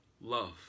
love